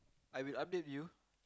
I will update you